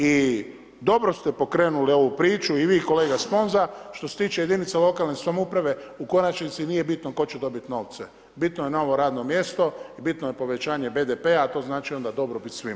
I dobro ste pokrenuli ovu priču i vi i kolega Sponza što se tiče jedinica lokalne samouprave u konačnici nije bitno tko će dobiti novce, bitno je novo radno mjesto i bitno je povećanje BDP-a, a to znači onda dobrobit svima.